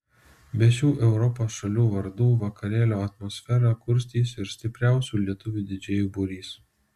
be šių europos šalių vardų vakarėlio atmosferą kurstys ir stipriausių lietuvių didžėjų būrys